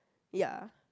ya